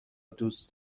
دوست